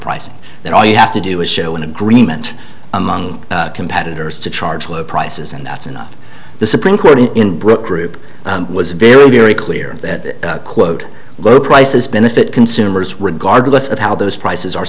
that all you have to do is show an agreement among competitors to charge low prices and that's enough the supreme court in brook rupe was very very clear that quote low prices benefit consumers regardless of how those prices are